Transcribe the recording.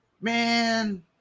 Man